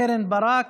חברת הכנסת קרן ברק,